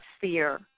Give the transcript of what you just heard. fear